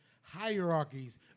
hierarchies